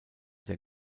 der